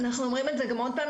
אנחנו אומרים את זה המון פעמים,